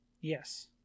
Yes